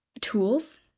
tools